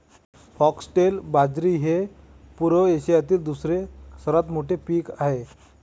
foxtail बाजरी हे पूर्व आशियातील दुसरे सर्वात मोठे पीक आहे